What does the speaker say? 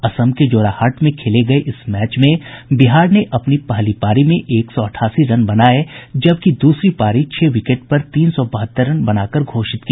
असम के जोराहट में खेले गये इस मैच में बिहार ने अपनी पहली पारी में एक सौ अठासी रन बनाये जबकि दूसरी पारी छह विकेट पर तीन सौ बहत्तर रन बनाकर घोषित की